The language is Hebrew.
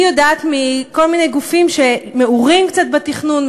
אני יודעת מכל מיני גופים שמעורים קצת בתכנון,